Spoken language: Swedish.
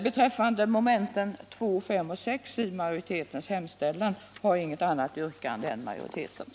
Beträffande mom. 2, 5 och 6 i majoritetens hemställan har jag inget annat yrkande än majoritetens.